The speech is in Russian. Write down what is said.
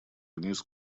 вниз